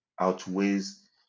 outweighs